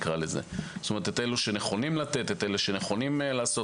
שנכונים לתת ולעשות,